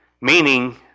meaning